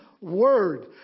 word